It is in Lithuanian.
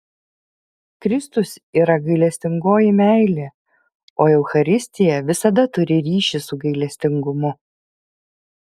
kristus yra gailestingoji meilė o eucharistija visada turi ryšį su gailestingumu